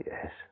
Yes